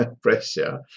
pressure